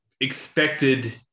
expected